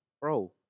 Bro